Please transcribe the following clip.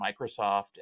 Microsoft